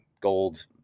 gold